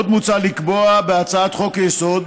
עוד מוצע לקבוע בהצעת חוק-היסוד,